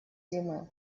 зимы